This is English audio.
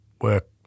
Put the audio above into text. work